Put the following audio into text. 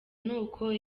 n’uko